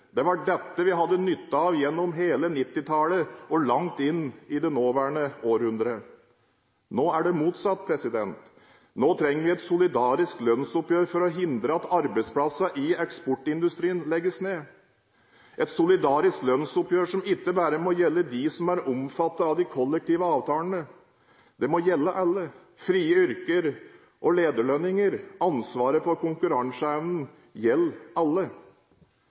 Det var dette vi hadde nytte av gjennom hele 1990-tallet og langt inn i det nåværende århundret. Nå er det motsatt. Nå trenger vi et solidarisk lønnsoppgjør for å hindre at arbeidsplassene i eksportindustrien legges ned, et solidarisk lønnsoppgjør som ikke bare må gjelde dem som er omfattet av de kollektive avtalene. Det må gjelde alle: dem med frie yrker og dem med lederlønninger – ansvaret for konkurranseevnen gjelder alle.